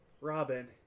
Robin